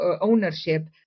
ownership